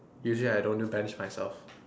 usually I don't do bench myself